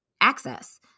access